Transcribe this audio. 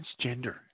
transgender